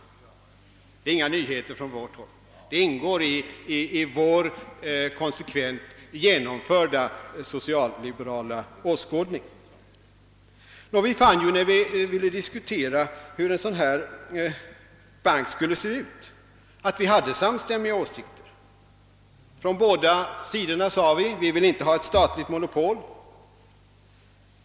Detta är inga nyheter. Det ingår i vår konsekvent genomförda socialliberala åskådning. Vi fann när vi i den för mittenpartierna gemensamma arbetsgruppen diskuterade hur en sådan bank skulle se ut att vi hade samstämmiga åsikter. Vi sade från båda sidor att vi inte önskar ett statligt monopol.